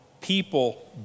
people